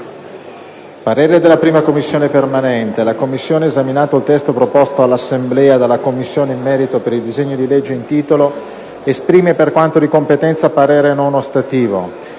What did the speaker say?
«La 1a Commissione permanente, esaminato il testo proposto all'Assemblea dalla Commissione di merito per il disegno di legge in titolo, esprime, per quanto di competenza, parere non ostativo.